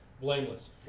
blameless